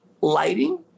lighting